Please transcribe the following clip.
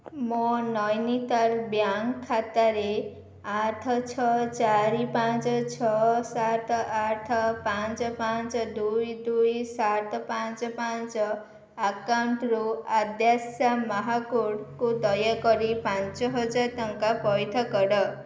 ମୋ ନୈନିତାଲ ବ୍ୟାଙ୍କ୍ ଖାତାର ଆଠ ଛଅ ଚାରି ପାଞ୍ଚ ଛଅ ସାତ ଆଠ ପାଞ୍ଚ ପାଞ୍ଚ ଦୁଇ ଦୁଇ ସାତ ପାଞ୍ଚ ପାଞ୍ଚ ଆକାଉଣ୍ଟ୍ରୁ ଆଦ୍ୟାଶା ମହାକୁଡ଼ କୁ ଦୟାକରି ପାଞ୍ଚହଜାର ଟଙ୍କା ପଇଠ କର